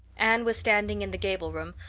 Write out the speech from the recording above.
anne was standing in the gable room,